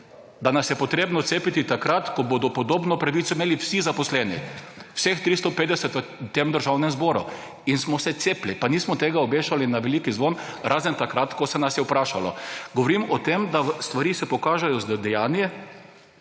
Da nas je potrebno cepiti takrat, ko bodo podobno pravico imeli vsi zaposleni. Vseh 350 v tem državnem zboru. In smo se cepili, pa nismo tega obešali na veliki zvon, razen takrat, ko se nas je vprašalo. Govorim o tem, da stvari se pokažejo z dejanji,